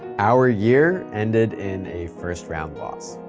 our year ended in a first-round loss.